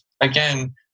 again